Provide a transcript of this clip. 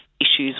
issues